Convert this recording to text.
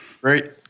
Great